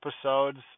episodes